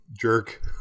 jerk